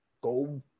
go